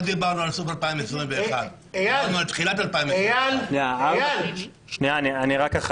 לא דיברנו על סוף 2021. דיברנו על תחילת 2021. אני אחדד.